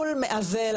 מול מעוול,